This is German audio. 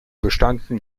bestanden